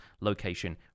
location